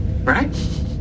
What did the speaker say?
right